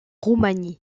roumanie